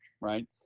right